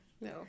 No